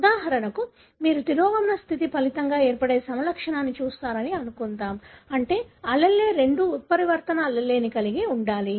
ఉదాహరణకు మీరు తిరోగమన స్థితి ఫలితంగా ఏర్పడే సమలక్షణాన్ని చూస్తున్నారని అనుకుందాం అంటే యుగ్మ వికల్పం రెండూ ఉత్పరివర్తన alleleని కలిగి ఉండాలి